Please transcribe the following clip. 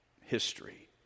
history